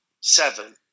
seven